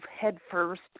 headfirst